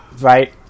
right